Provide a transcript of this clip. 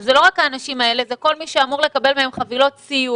זה לא רק האנשים האלה אלא זה כל מי שאמור לקבל מהם חבילות סיוע.